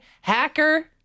Hacker